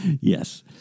Yes